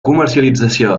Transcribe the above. comercialització